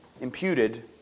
imputed